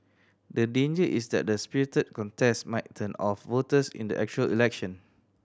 the danger is that the spirited contest might turn off voters in the actual election